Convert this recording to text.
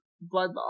blood